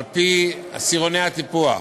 על-פי עשירוני הטיפוח: